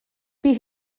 bydd